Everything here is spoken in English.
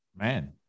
man